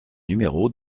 numéro